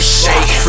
shake